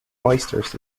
oysters